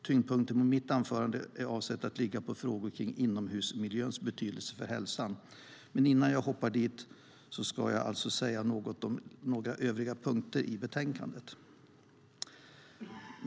Tyngdpunkten i mitt anförande är avsett att ligga på frågor kring inomhusmiljöns betydelse för hälsan, men innan jag hoppar dit ska jag säga något om några övriga punkter i betänkandet. Herr talman!